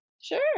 Sure